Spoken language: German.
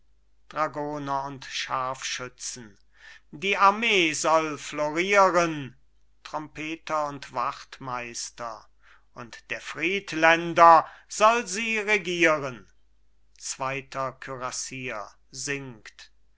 und scharfschützen die armee soll florieren trompeter und wachtmeister und der friedländer soll sie regieren zweiter kürassier singt